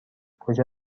کجا